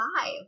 five